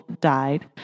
died